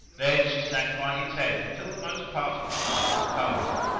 then she sat by his head till the most part of the night was past,